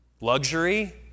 luxury